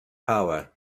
power